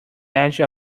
edge